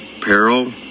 peril